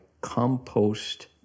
compost